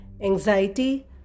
anxiety